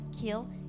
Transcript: kill